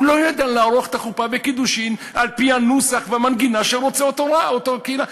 הוא לא ידע לערוך חופה וקידושין על-פי הנוסח והמנגינה שרוצה אותה קהילה.